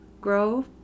grow